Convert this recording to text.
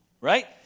right